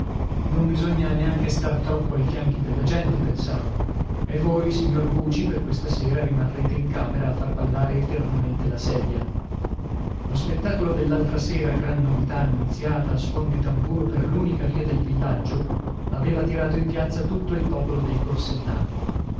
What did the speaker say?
non bisogna neanche star troppo ai fianchi della gente pensavo e voi signor buci per questa sera rimarrete in camera a far ballare eternamente la sedia lo spettacolo dell'altra sera gran novità annunziata a suon di tamburo per l'unica via del villaggio aveva tirato in piazza tutto il popolo dei